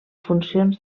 funcions